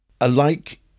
alike